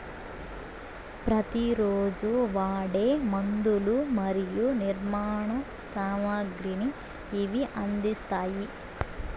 ప్రతి రోజు వాడే మందులు మరియు నిర్మాణ సామాగ్రిని ఇవి అందిస్తాయి